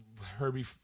Herbie